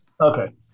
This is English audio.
okay